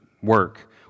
work